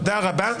תודה רבה.